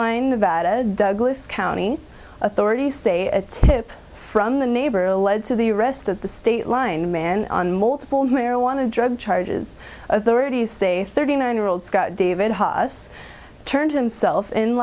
line douglas county authorities say a tip from the neighbor led to the rest of the state line man on multiple marijuana drug charges authorities say thirty nine year old scott david haase turned himself in